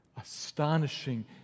astonishing